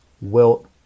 Wilt